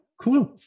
cool